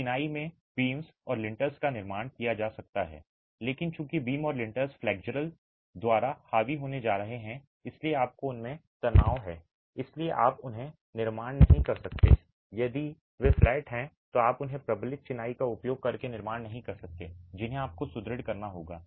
चिनाई में बीम्स और लिंटल्स का निर्माण किया जा सकता है लेकिन चूंकि बीम और लिंटल्स फ्लेक्सचर द्वारा हावी होने जा रहे हैं इसलिए आपको उनमें तनाव है इसलिए आप उन्हें निर्माण नहीं कर सकते हैं यदि वे फ्लैट हैं तो आप उन्हें प्रबलित चिनाई का उपयोग करके निर्माण नहीं कर सकते हैं जिन्हें आपको सुदृढ़ करना होगा